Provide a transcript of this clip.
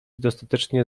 dostatecznie